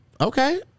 Okay